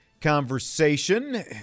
conversation